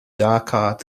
dhaka